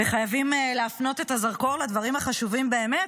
וחייבים להפנות את הזרקור לדברים החשובים באמת,